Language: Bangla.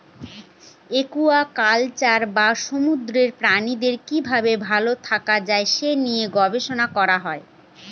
একুয়াকালচার বা সামুদ্রিক প্রাণীদের কি ভাবে ভালো থাকা যায় সে নিয়ে গবেষণা করা হয়